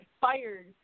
fired